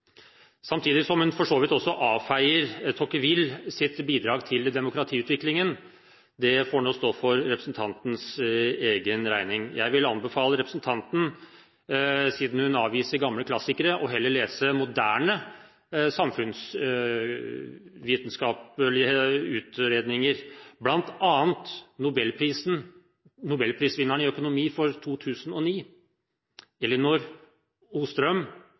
samtidig som hun for så vidt også avfeier Tocquevilles bidrag til demokratiutviklingen – det får nå stå for representantens egen regning. Jeg vil heller anbefale representanten – siden hun avviser gamle klassikere – å lese moderne samfunnsvitenskapelige utredninger, av bl.a. nobelprisvinneren i økonomi for 2009,